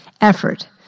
effort